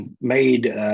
made